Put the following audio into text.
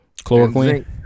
Chloroquine